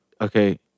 Okay